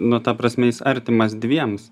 nu ta prasme jis artimas dviems